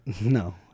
No